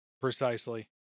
Precisely